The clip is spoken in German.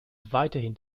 weiterhin